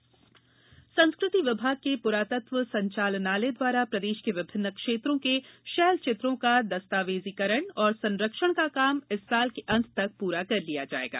शैल चित्र संस्कृति विभाग के पुरातत्व संचालनालय द्वारा प्रदेश के विभिन्न क्षेत्रों के शैल चित्रों का दस्तावेजीकरण और संरक्षण का काम इस साल के अंत तक पूरा कर लिया जाएगा